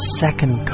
second